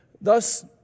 Thus